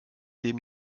dem